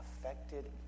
affected